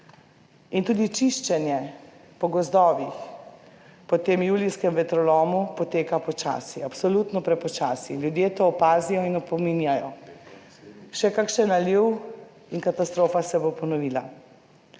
in tudi čiščenje po gozdovih po tem julijskem vetrolomu, poteka počasi, absolutno prepočasi. Ljudje to opazijo in opominjajo. Še kakšen naliv in katastrofa se bo ponovila.